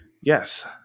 yes